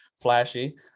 flashy